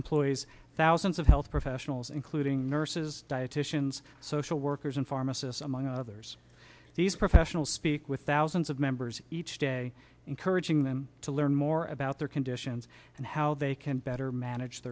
employs thousands of health professionals including nurses dietitians social workers and pharmacists among others these professionals speak with thousands of members each day encouraging them to learn more about their conditions and how they can better manage